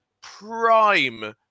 prime